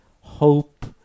hope